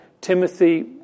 Timothy